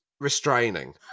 restraining